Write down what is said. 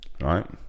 Right